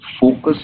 focus